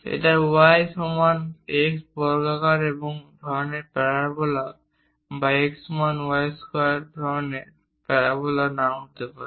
এটা y সমান x বর্গাকার ধরনের প্যারাবোলা বা x সমান y স্কোয়ার ধরণের প্যারাবোলা নাও হতে পারে